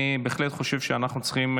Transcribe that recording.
אני בהחלט חושב שאנחנו צריכים,